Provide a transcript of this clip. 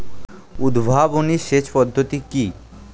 উদ্ভাবনী সেচ পদ্ধতি কি?